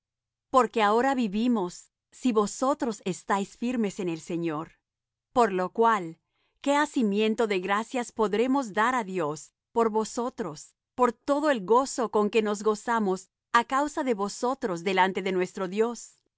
porque ahora vivimos si vosotros estáis firmes en el señor por lo cual qué hacimiento de gracias podremos dar á dios por vosotros por todo el gozo con que nos gozamos á causa de vosotros delante de nuestro dios